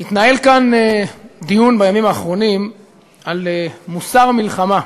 התנהל כאן בימים האחרונים דיון על מוסר המלחמה,